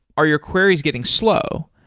are your queries getting slow?